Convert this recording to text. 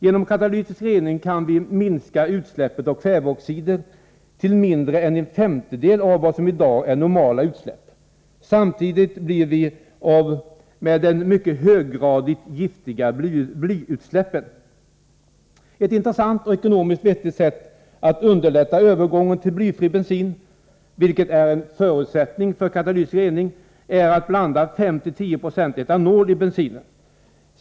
Genom katalytisk rening kan vi minska utsläppen av kväveoxider till mindre än en femtedel av vad som i dag är ”normala” utsläpp. Samtidigt blir vi av med de höggradigt giftiga blyutsläppen. Ett intressant och ekonomiskt vettigt sätt att underlätta övergången till blyfri bensin, vilket är en förutsättning för katalytisk rening, är att blanda 5-10 2 etanol i bensinen.